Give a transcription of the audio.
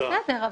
בסדר,